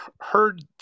heard